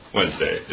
Wednesday